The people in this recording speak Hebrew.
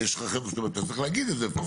אתה צריך להגיד את זה.